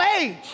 age